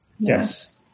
Yes